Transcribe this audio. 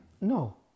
No